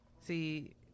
see